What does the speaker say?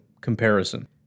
comparison